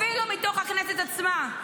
אפילו מתוך הכנסת עצמה,